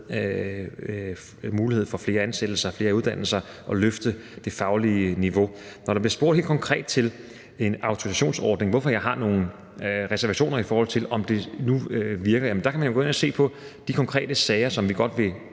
mulighed for flere ansættelser, for flere uddannelser og for at løfte det faglige niveau. Når der bliver spurgt helt konkret til en autorisationsordning, og hvorfor jeg har nogle reservationer, i forhold til om det nu virker, kan man jo gå ind at se på de konkrete sager, som vi godt vil